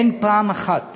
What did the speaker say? אין פעם אחת